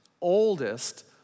oldest